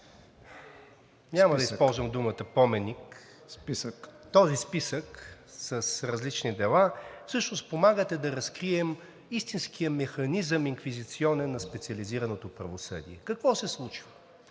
няма да използвам думата поменик, този списък с различни дела, всъщност помагате да разкрием истинския механизъм – инквизиционен, на специализираното правосъдие. Какво се случва?